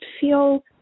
feel